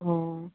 ꯑꯣ